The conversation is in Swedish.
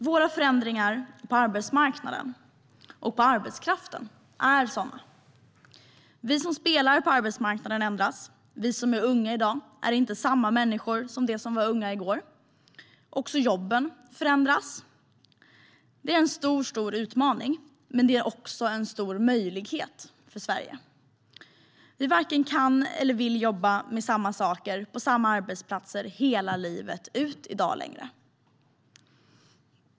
Våra förändringar på arbetsmarknaden och när det gäller arbetskraften är sådana. Vi som spelar på arbetsmarknaden ändras. Vi som är unga i dag är inte samma människor som de som var unga i går. Också jobben förändras. Det är en stor utmaning, men det är också en stor möjlighet för Sverige. Vi varken kan eller vill längre jobba med samma saker på samma arbetsplats hela livet.